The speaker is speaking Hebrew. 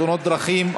תאונות דרכים,